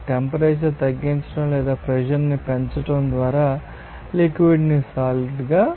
temperature తగ్గించడం లేదా pressure ని పెంచడం ద్వారా లిక్విడ్ ాన్ని సాలిడ్ గా మార్చాలి